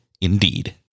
Indeed